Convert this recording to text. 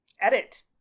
edit